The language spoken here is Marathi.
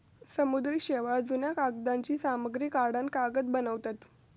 समुद्री शेवाळ, जुन्या कागदांची सामग्री काढान कागद बनवतत